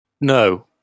No